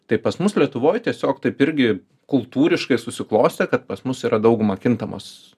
tai pas mus lietuvoj tiesiog taip irgi kultūriškai susiklostė kad pas mus yra dauguma kintamos